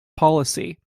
policy